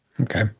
Okay